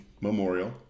memorial